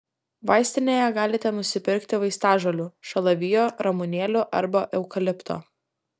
vaistinėje galite nusipirkti vaistažolių šalavijo ramunėlių arba eukalipto